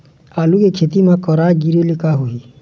आलू के खेती म करा गिरेले का होही?